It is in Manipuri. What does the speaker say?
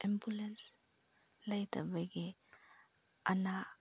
ꯑꯦꯝꯕꯨꯂꯦꯟꯁ ꯂꯩꯇꯕꯒꯤ ꯑꯅꯥ